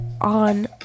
on